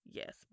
yes